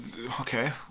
okay